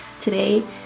today